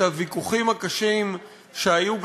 את הוויכוחים הקשים שהיו,